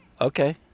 Okay